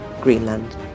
Greenland